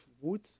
wood